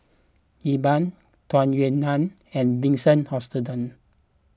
Iqbal Tung Yue Nang and Vincent Hoisington